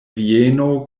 vieno